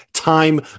Time